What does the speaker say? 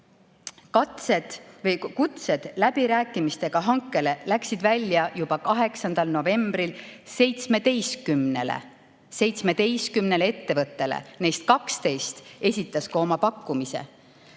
Kutsed läbirääkimistega hankele läksid välja juba 8. novembril 17 ettevõttele, neist 12 esitas oma pakkumise.